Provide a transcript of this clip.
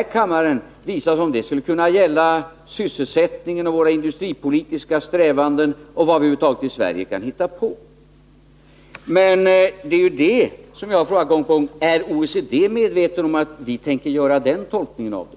i kammaren försökt låta påskina att det skulle kunna gälla sysselsättningen i Sverige, våra industripolitiska strävanden och vad vi kan hitta på. Det är därför jag gång på gång har frågat: Är OECD medvetet om att vi tänker tolka det på det sättet?